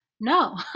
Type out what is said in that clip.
no